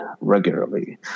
regularly